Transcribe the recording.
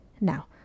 Now